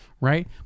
Right